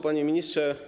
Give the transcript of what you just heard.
Panie Ministrze!